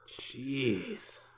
Jeez